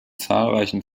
zahlreichen